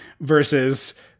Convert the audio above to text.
versus